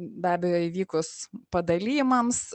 be abejo įvykus padalijimams